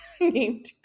Named